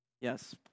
Yes